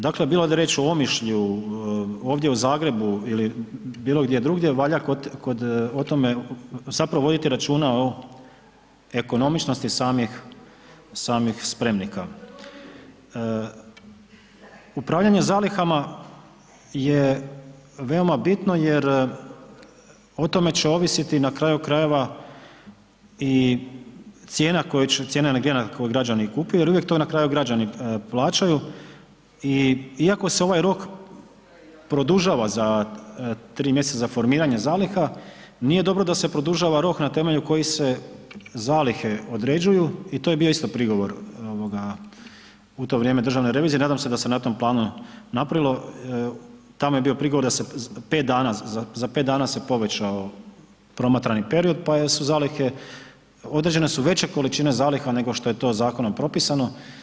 Dakle, bila riječ o Omišlju, ovdje o Zagrebu ili bilo gdje drugdje valja kod, o tome zapravo voditi računa o ekonomičnosti samih spremnika, upravljanje zalihama je veoma bitno jer o tome će ovisiti na kraju krajeva i cijena energenata koju građani kupuju jer uvijek to na kraju građani plaćaju i iako se ovaj rok produžava za 3 mjeseca za formiranje zaliha, nije dobro da se produžava rok na temelju kojih se zalihe određuju i to je bio isto prigovor u to vrijeme državne revizije, nadam se da se na tom planu napravilo, tamo je bio prigovor da se 5 dana, za 5 dana se povećao promatrani period, pa su zalihe, određene su veće količine zaliha, nego što je to zakonom propisano.